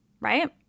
right